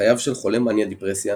- חייו של חולה מאניה דיפרסיה,